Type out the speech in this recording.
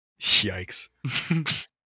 Yikes